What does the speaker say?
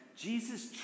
Jesus